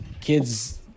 kids